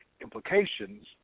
implications